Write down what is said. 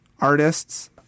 artists